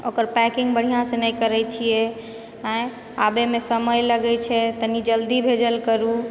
ओकर पैकिङ्ग बढ़िआँसँ नहि करै छिए आँय आबैमे समय लगै छै तनी जल्दी भेजल करू